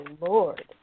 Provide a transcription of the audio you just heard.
Lord